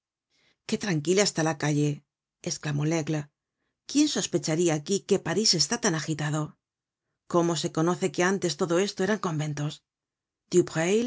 qué tranquila está esta calle esclamó laigle quién sospecharia aquí que parís está tan agitado cómo se conoce que antes todo esto eran conventos